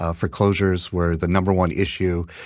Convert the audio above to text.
ah foreclosures were the no. one issue,